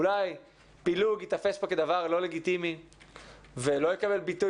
אולי פילוג ייתפס פה כדבר לא לגיטימי ולא יקבל ביטוי